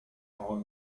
oil